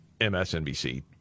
MSNBC